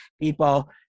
people